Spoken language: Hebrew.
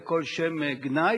בכל שם גנאי,